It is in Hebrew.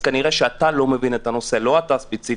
כנראה שאתה לא מבין את הנושא לא אתה ספציפית,